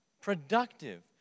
productive